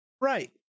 Right